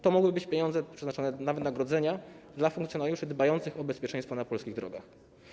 To mogły być pieniądze przeznaczone na wynagrodzenia dla funkcjonariuszy dbających o bezpieczeństwo na polskich drogach.